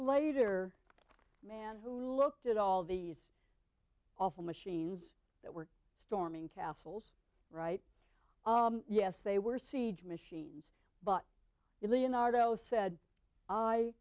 later man who looked at all these awful machines that were storming castles right yes they were siege machines but you leonardo said i